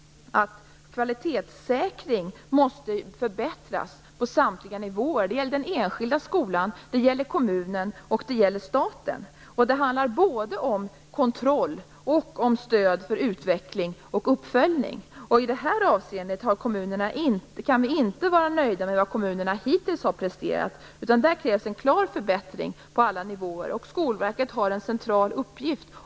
Kvalitetssäkringen måste förbättras på samtliga nivåer. Det gäller den enskilda skolan, det gäller kommunen och det gäller staten. Det handlar både om kontroll och om stöd för utveckling och uppföljning. I det avseendet kan vi inte vara nöjda med vad kommunerna hittills har presterat. Där krävs en klar förbättring på alla nivåer. Skolverket har där en central uppgift.